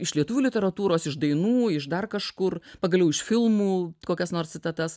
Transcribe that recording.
iš lietuvių literatūros iš dainų iš dar kažkur pagaliau iš filmų kokias nors citatas